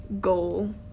goal